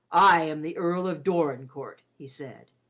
i am the earl of dorincourt, he said.